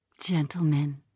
Gentlemen